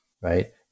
right